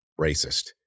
racist